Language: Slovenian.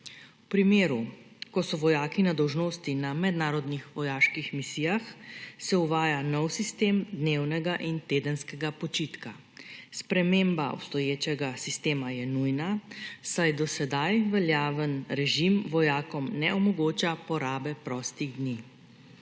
V primeru, ko so vojaki na dolžnosti na mednarodnih vojaških misijah, se uvaja nov sistem dnevnega in tedenskega počitka. Sprememba obstoječega sistema je nujna, saj do sedaj veljaven režim vojakom ne omogoča porabe prostih dni.